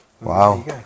Wow